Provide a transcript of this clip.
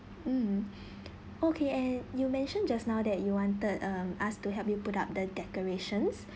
mm okay and you mention just now that you wanted um us to help you put up the decorations